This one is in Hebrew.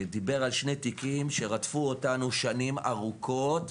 דיבר על שני תיקים שרדפו אותנו שנים ארוכות,